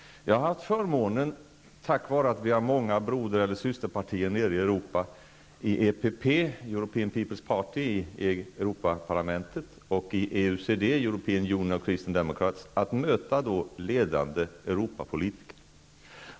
Jag har haft förmånen, tack vare att vi har många broder eller systerpartier nere i Europa -- i EPP, European European Union of Christian Democrats -- att möta ledande Europapolitiker.